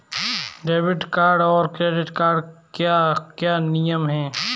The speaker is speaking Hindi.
डेबिट कार्ड और क्रेडिट कार्ड के क्या क्या नियम हैं?